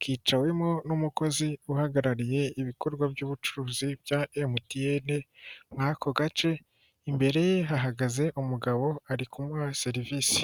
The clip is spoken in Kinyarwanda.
kicawemo n'umukozi uhagarariye ibikorwa by'ubucuruzi bya emutiyene muri ako gace, imbere ye hahagaze umugabo ari kumuha serivisi.